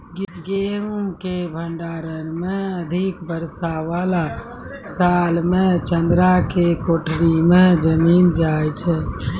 गेहूँ के भंडारण मे अधिक वर्षा वाला साल मे चदरा के कोठी मे जमीन जाय छैय?